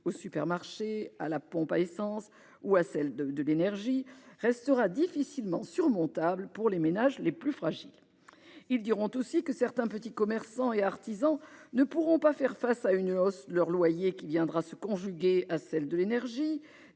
au supermarché, à la pompe à essence ou à celle de l'énergie reste difficilement surmontable pour les ménages les plus fragiles. Ils diront aussi que certains petits commerçants et artisans ne pourront faire face à une hausse de leur loyer qui viendra se conjuguer à celle de l'énergie,